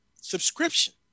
Subscription